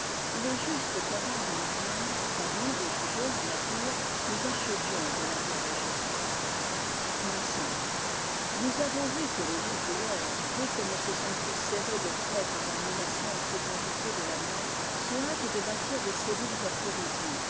il est juste qu'avant de nous plaindre qu'avant de juger la nature nous achevions de l'interroger xxv nous rvnns vu que les ouvrières dès qu'elles ne se sentent plus serrées de près par la mena çante fécondité de la mère se hâtent de bâtir des cellules à provisions